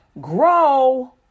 Grow